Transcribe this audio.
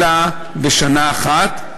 בשנתיים, אלא בשנה אחת.